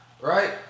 Right